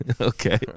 okay